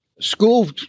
school